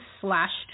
slashed